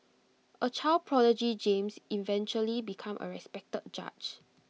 A child prodigy James eventually became A respected judge